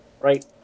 Right